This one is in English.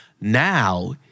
Now